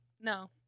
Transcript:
no